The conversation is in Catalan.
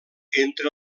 entre